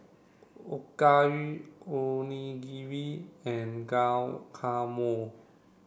Okayu Onigiri and Guacamole